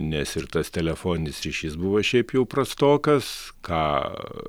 nes ir tas telefoninis ryšys buvo šiaip jau prastokas ką